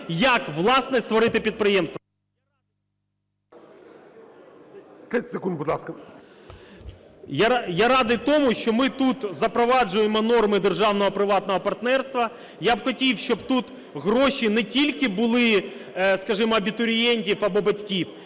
ласка. ІВЧЕНКО В.Є. Я радий тому, що ми тут запроваджуємо норми державно-приватного партнерства. Я хотів, щоб тут гроші не тільки були, скажімо, абітурієнтів або батьків,